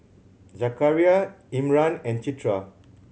Zakaria Imran and Citra